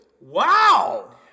Wow